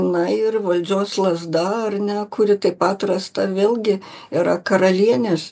na ir valdžios lazda ar ne kuri taip pat rasta vėlgi yra karalienės